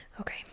okay